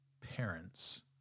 parents